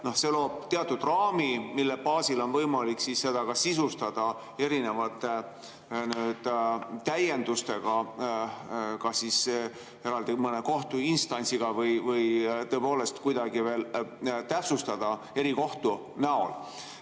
see loob teatud raami, mille baasil on võimalik seda sisustada erinevate täiendustega, kas siis eraldi mõne kohtuinstantsiga või tõepoolest kuidagi täpsustada erikohtuga.